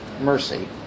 mercy